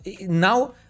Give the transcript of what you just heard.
now